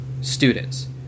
students